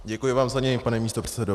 Děkuji vám za něj, pane místopředsedo.